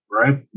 Right